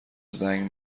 زنگ